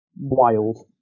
wild